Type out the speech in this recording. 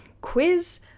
quiz